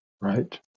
Right